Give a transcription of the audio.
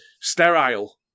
sterile